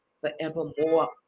forevermore